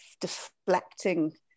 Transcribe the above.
deflecting